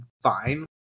fine